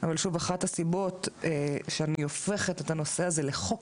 אבל שוב אחת הסיבות שאני הופכת את הנושא הזה לחוק,